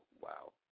wow